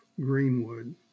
Greenwood